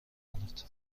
کند